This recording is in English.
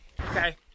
Okay